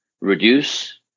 reduce